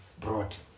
brought